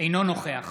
אינו נוכח